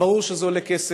ברור שזה עולה כסף,